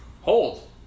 Hold